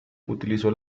utilizó